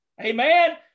Amen